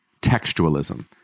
textualism